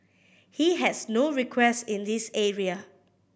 he has no request in this area